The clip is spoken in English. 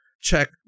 check